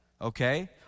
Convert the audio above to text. Okay